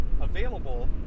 available